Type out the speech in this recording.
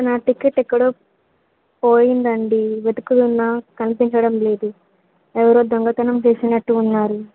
నా టికెట్ ఎక్కడో పోయింది అండి వెతుకుతున్న కనిపించడం లేదు ఎవరో దొంగతనం చేసినట్టు ఉన్నారు